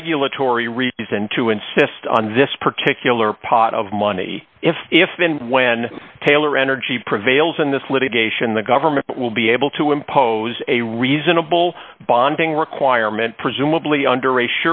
regulatory reason to insist on this particular pot of money if if then when taylor energy prevails in this litigation the government will be able to impose a reasonable bonding requirement presumably under